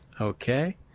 Okay